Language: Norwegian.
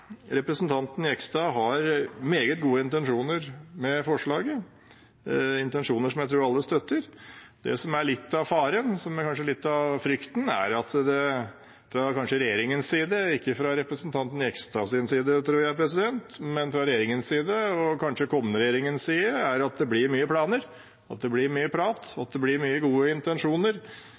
representanten Jegstad har meget gode intensjoner med forslaget, intensjoner jeg tror alle støtter. Det som er litt av faren, kanskje litt av frykten, er at det – ikke fra representanten Jegstads side, tror jeg, men fra regjeringens side og kanskje kommende regjerings side – blir mye planer, mye prat og mange gode intensjoner.